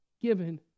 given